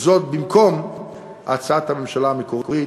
במקום הצעת הממשלה המקורית